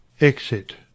Exit